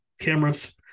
cameras